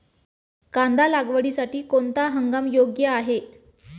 कांदा लागवडीसाठी कोणता हंगाम योग्य आहे?